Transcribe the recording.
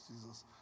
Jesus